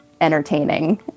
entertaining